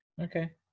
Okay